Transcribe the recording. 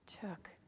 took